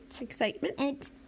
excitement